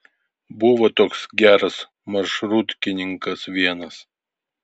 buvo toks geras maršrutkininkas vienas